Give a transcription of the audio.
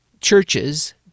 churches